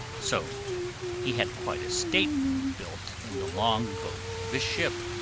so he had quite a state room built in the long boat of his ship,